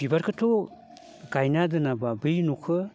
बिबारखोथ' गायना दोनाब्ला बै न'खो